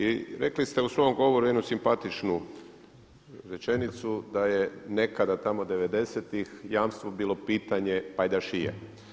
I rekli ste u svom govoru jednu simpatičnu rečenicu da je nekada tamo '90.-tih jamstvo bilo pitanje pajdašije.